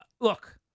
Look